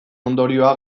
ondorioa